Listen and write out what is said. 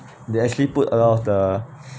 they actually put a lot of the